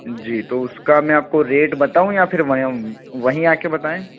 जी तो उसका मैं आपको रेट बताऊँ या फिर वहीं आ कर बताएँ